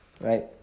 right